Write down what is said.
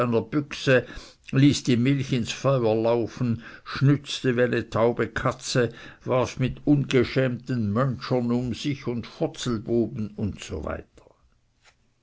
die milch ins feuer laufen schnüzte wie eine taube katze warf mit ungschämten mönschern um sich und fotzelbuben usw